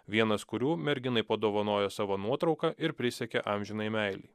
vienas kurių merginai padovanojo savo nuotrauką ir prisiekė amžinai meilei